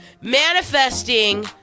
manifesting